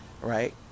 right